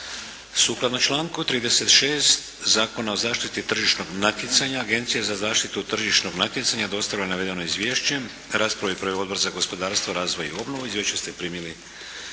Sukladno članku 36. Zakona o zaštiti tržišnog natjecanja Agencija za zaštitu tržišnog natjecanja dostavila je navedeno izvješće. Raspravu je proveo Odbor za gospodarstvo, razvoj i obnovu. Izvješće ste primili